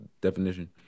definition